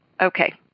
Okay